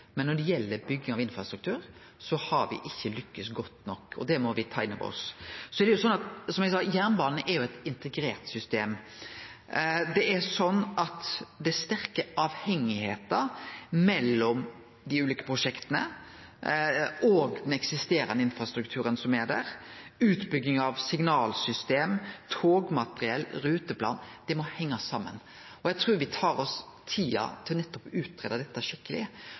nok. Det må me ta inn over oss. Som eg sa, er jernbanen eit integrert system. Dei ulike prosjekta og den eksisterande infrastrukturen som er der, er sterkt avhengige av kvarandre. Utbygging av signalsystem, togmateriell og ruteplan må hengje saman. Eg trur me tar oss tida til nettopp å greie ut dette skikkeleg,